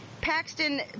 Paxton